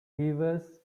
viewers